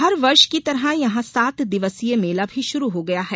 हर वर्ष की तरह यहां सात दिवसीय मेला भी शुरू हो गया है